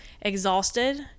exhausted